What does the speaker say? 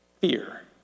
fear